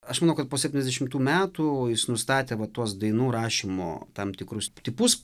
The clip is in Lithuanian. aš manau kad po septyniasdešimtų metų o jis nustatė tuos dainų rašymo tam tikrus tipus